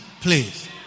please